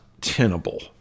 tenable